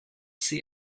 see